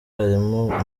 harimo